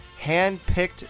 handpicked